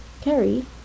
Carrie